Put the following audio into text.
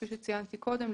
כפי שציינתי קודם,